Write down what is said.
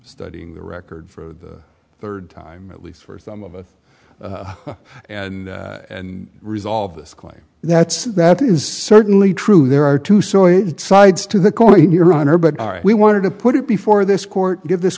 studying the record for the third time at least for some of us and and resolve this claim that's that is certainly true there are two so its sides to the coin your honor but we wanted to put it before this court to give this